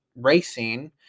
racing